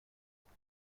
خودم